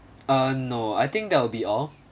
uh no I think that will be all